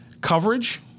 coverage